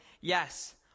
yes